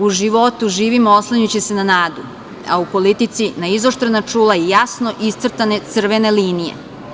U životu živimo oslanjajući se na nadu, a u politici na izoštrena čula i jasno iscrtane crvene linije.